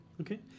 Okay